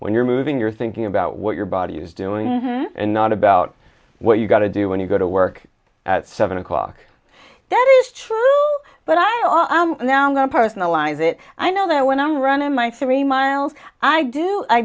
when you're moving you're thinking about what your body is doing and not about what you've got to do when you go to work at seven o'clock that is true but i know i'm now going to personalize it i know that when i'm running my three miles i do i